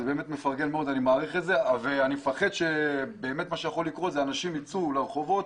אני פוחד ממצב שבו אנשים ייצאו לרחובות